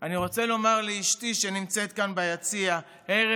אני רוצה לומר לאשתי שנמצאת כאן ביציע: היי,